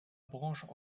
branche